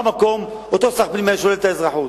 במקום שר הפנים היה שולל את האזרחות.